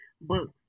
books